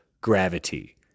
gravity